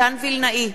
מתן וילנאי,